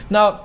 Now